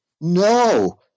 no